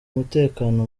mutekano